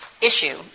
issue